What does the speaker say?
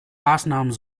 maßnahmen